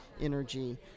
energy